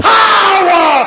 power